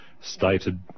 stated